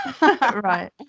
right